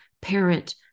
parent